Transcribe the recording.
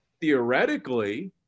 theoretically